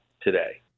today